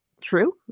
true